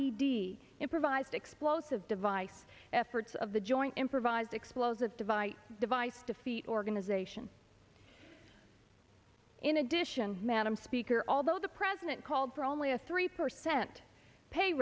e d improvised explosive device efforts of the joint improvised explosive device device defeat organization in addition madam speaker although the president called for only a three percent pay